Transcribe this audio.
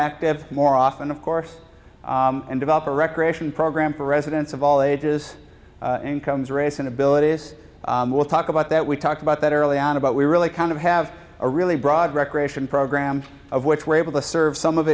active more often of course and develop a recreation program for residents of all ages incomes race inabilities we'll talk about that we talked about that early on about we really kind of have a really broad recreation program of which we're able to serve some of